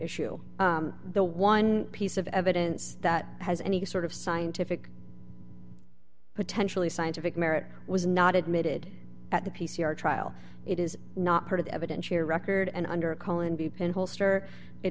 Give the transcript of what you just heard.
issue the one piece of evidence that has any sort of scientific potentially scientific merit was not admitted at the p c r trial it is not part of the evidence here record and under a